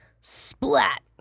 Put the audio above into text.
Splat